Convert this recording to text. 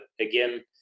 again